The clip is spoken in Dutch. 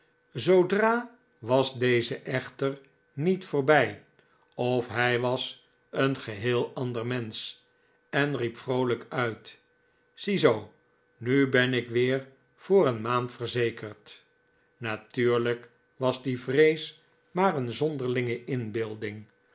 zoodra was deze echter niet voorbij of hij was een geheel ander mensch en riep vroolijk uit ziezoo nu ben ik weer voor een maand verzekerd natuurlijk was die vrees maar een zonderlinge inbeelding